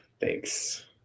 Thanks